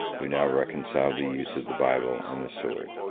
who now reconciled the use of the bible and the sword.